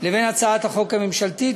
לבין הצעת החוק הממשלתית,